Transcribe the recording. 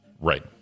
Right